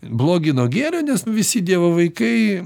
blogį nuo gėrio nes nu visi dievo vaikai